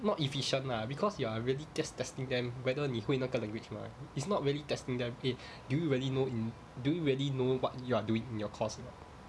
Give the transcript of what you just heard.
not efficient lah because you are really just testing them whether 你会那个 language mah it's not really testing them eh do you really know in do you really know what you are doing your course or not